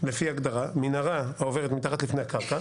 לפי הגדרה: "מנהרה העוברת מתחת לפני הקרקע,